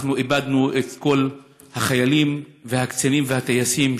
אנחנו איבדנו את כל החיילים והקצינים והטייסים,